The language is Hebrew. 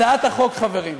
חברים,